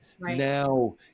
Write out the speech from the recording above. Now